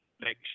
next